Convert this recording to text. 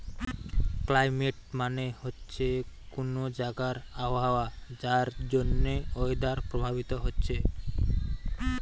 climate মানে হচ্ছে কুনো জাগার আবহাওয়া যার জন্যে ওয়েদার প্রভাবিত হচ্ছে